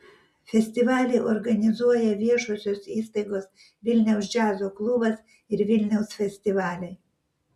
festivalį organizuoja viešosios įstaigos vilniaus džiazo klubas ir vilniaus festivaliai